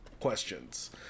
Questions